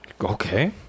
okay